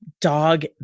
dog